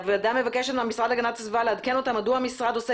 הוועדה מבקשת מהמשרד להגנת הסביבה לעדכן אותה מדוע המשרד עושה